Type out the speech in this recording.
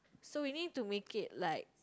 so you need to make it like